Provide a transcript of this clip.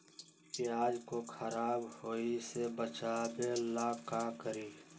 प्याज को खराब होय से बचाव ला का करी?